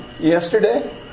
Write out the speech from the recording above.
yesterday